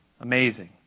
Amazing